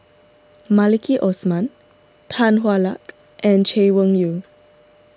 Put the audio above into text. Maliki Osman Tan Hwa Luck and Chay Weng Yew